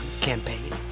campaign